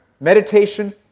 meditation